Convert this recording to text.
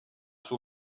suo